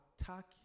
attack